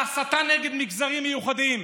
בהסתה נגד מגזרים מיוחדים,